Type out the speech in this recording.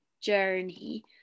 journey